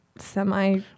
Semi